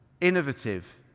innovative